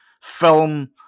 film